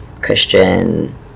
Christian